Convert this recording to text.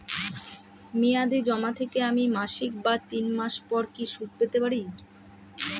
মেয়াদী জমা থেকে আমি মাসিক বা তিন মাস পর কি সুদ পেতে পারি?